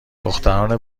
دختران